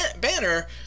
Banner